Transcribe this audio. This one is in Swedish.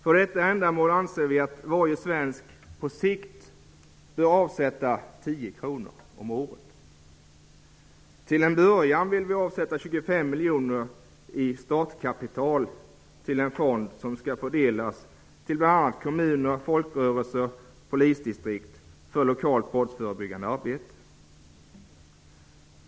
Vi anser att varje svensk på sikt bör avsätta 10 kr om året för detta ändamål. Vi vill avsätta 25 miljoner i startkapital i en fond vars medel skall fördelas mellan bl.a. kommuner, folkrörelser och polisdistrikt för lokalt brottsförebyggande arbete.